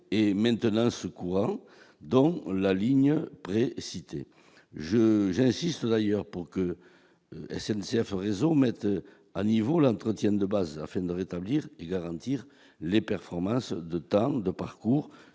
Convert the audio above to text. et maintenance courant dans la ligne pré-cités je j'insiste d'ailleurs pour que SNCF raison mettent à niveau l'entretiennent de base afin de rétablir et garantir les performances de temps de parcours